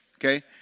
Okay